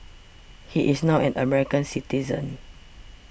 he is now an American citizen